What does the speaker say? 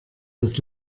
das